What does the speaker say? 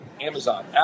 Amazon